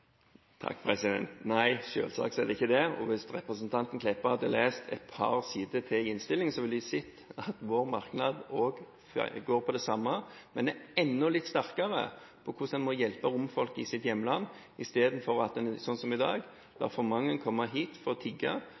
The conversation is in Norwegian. Nei, selvsagt er det ikke det. Hvis representanten Meltveit Kleppa hadde lest et par sider til i innstillingen, ville hun ha sett at vår merknad også går på det samme, men enda litt sterkere om hvordan vi må hjelpe romfolket i sitt hjemland, istedenfor, som i dag, la for mange komme hit for å tigge.